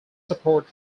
support